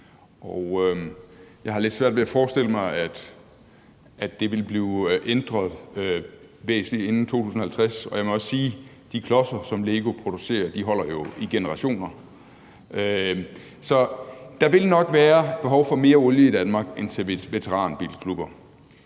jeg har lidt svært ved at forestille mig, at det vil blive ændret væsentligt inden 2050. Og jeg må også sige, at de klodser, som LEGO producerer, jo holder i generationer. Så der vil nok være behov for mere olie i Danmark end til veteranbilklubber.